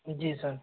जी sir